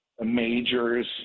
majors